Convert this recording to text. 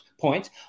points